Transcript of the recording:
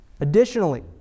Additionally